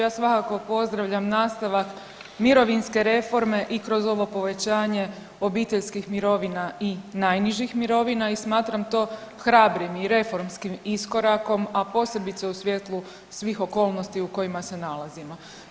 Ja svakako pozdravljam nastavak mirovinske reforme i kroz ovo povećanje obiteljskih mirovina i najnižih mirovina i smatram to hrabrim i reformskim iskorakom, a posebice u svjetlu svih okolnosti u kojima se nalazimo.